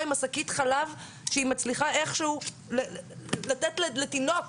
עם שקית החלב שהיא מצליחה איך שהוא לתת לתינוק.